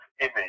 image